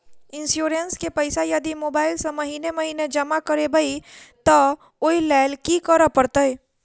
Insurance केँ पैसा यदि मोबाइल सँ महीने महीने जमा करबैई तऽ ओई लैल की करऽ परतै?